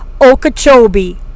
Okeechobee